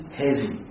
heavy